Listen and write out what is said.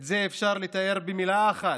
את זה אפשר לתאר במילה אחת: